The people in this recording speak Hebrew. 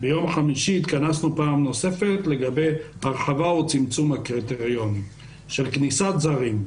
התכנסנו גם ביום חמישי לגבי הרחבה או צמצום הקריטריונים של כניסת זרים.